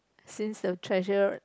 since the treasurer